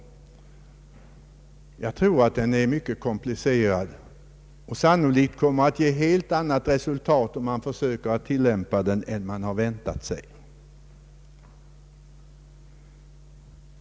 Jag tror att den är mycket komplicerad och sannolikt kommer att ge ett helt annat resultat än man har väntat sig, om man försöker tillämpa den.